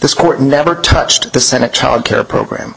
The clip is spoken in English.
this court never touched the senate child care program